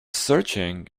searching